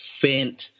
faint